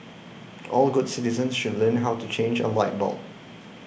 all good citizens should learn how to change a light bulb